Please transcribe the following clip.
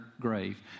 grave